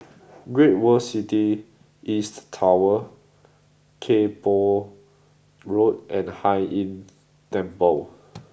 Great World City East Tower Kay Poh Road and Hai Inn Temple